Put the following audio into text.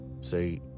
Say